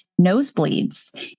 nosebleeds